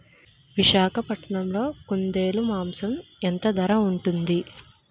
విశాఖపట్నంలో కుందేలు మాంసం ఎంత ధర ఉంటుంది?